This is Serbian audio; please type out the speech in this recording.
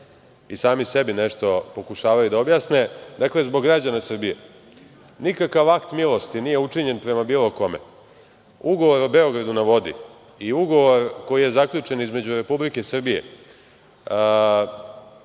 i sami sebi nešto pokušavaju da objasne, dakle zbog građana Srbije. Nikakav akt milosti nije učinjen prema bilo kome. Ugovor o „Beogradu na vodi“ i ugovor koji je zaključen između Republike Srbije,